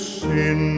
sin